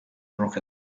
broken